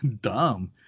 dumb